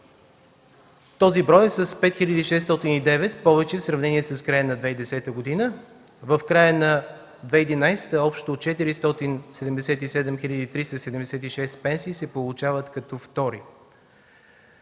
Този брой е с 5 хил. 609 в повече в сравнение с края на 2010 г. В края на 2011 г. общо 477 376 пенсии се получават като втори.